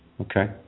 Okay